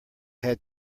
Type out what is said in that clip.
had